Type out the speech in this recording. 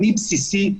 אני בסיסי,